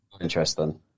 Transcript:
Interesting